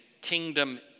kingdom